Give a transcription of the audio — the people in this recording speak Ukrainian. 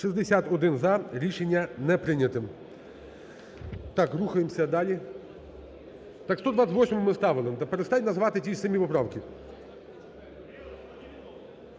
61 – за. Рішення не прийняте. Так, рухаємося далі. Так 128-у ми ставили, перестаньте називати ті самі поправки.